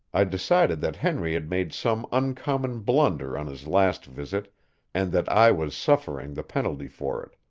i decided that henry had made some uncommon blunder on his last visit and that i was suffering the penalty for it.